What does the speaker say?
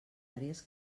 àrees